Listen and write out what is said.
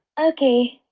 okay.